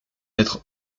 être